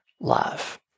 love